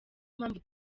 mpamvu